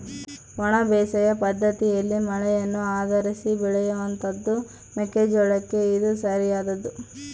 ಒಣ ಬೇಸಾಯ ಪದ್ದತಿಯಲ್ಲಿ ಮಳೆಯನ್ನು ಆಧರಿಸಿ ಬೆಳೆಯುವಂತಹದ್ದು ಮೆಕ್ಕೆ ಜೋಳಕ್ಕೆ ಇದು ಸರಿಯಾದದ್ದು